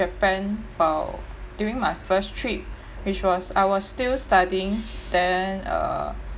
japan bout during my first trip which was I was still studying then uh